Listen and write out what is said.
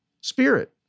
spirit